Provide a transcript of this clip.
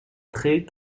très